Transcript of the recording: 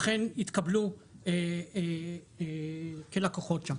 אכן התקבלו כלקוחות שם?